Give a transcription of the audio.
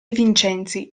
vincenzi